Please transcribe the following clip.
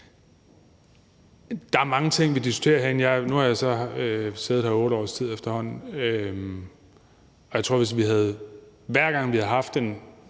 Der er mange ting, vi diskuterer herinde. Nu har jeg efterhånden siddet her 8 års tid, og jeg tror, at vi, hvis vi, hver gang vi havde haft en